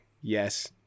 Yes